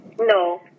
No